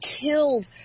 killed